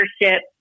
leadership